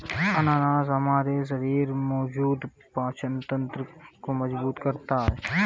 अनानास हमारे शरीर में मौजूद पाचन तंत्र को मजबूत करता है